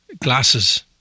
glasses